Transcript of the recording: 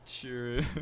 True